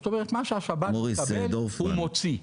כלומר מה שהשב"ן מקבל הוא מוציא,